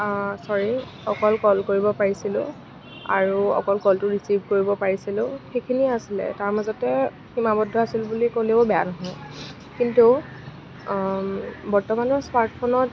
চ'ৰি অকল কল কৰিব পাৰিছিলোঁ আৰু অকল কলটো ৰিচিভ কৰিব পাৰিছিলোঁ সেইখিনিয়ে আছিলে তাৰ মাজতে সীমাবদ্ধ আছিল বুলি ক'লেও বেয়া নহয় কিন্তু বৰ্তমানৰ স্মাৰ্টফোনত